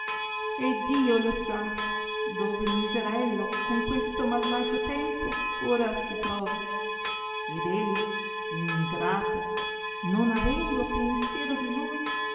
e iddio lo sa dove il miserello con questo malvagio tempo ora si trova ed ella ingrata non avendo pensiero di lui